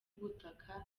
ubutaka